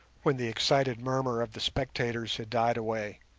when the excited murmur of the spectators had died away,